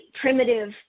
primitive